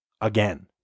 Again